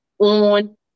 on